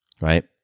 right